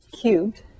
cubed